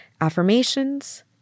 affirmations